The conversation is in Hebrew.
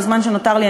בזמן שנותר לי,